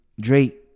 Drake